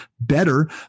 better